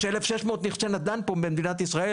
יש 1,600 נכסי נדל"ן פה במדינת ישראל